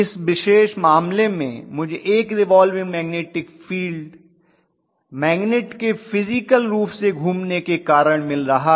इस विशेष मामले में मुझे एक रिवाल्विंग फील्ड मैगनेट के फिज़िकल रूप से घूमने के कारण मिल रहा है